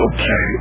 Okay